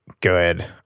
good